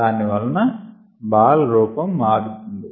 దాని వలన బాల్ రూపం మారుతుంది